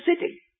city